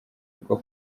rwo